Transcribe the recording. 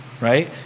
Right